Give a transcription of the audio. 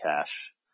cash